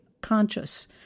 conscious